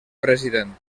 president